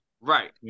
Right